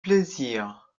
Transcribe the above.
plaisir